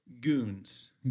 Goons